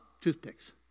toothpicks